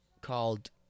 called